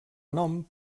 nom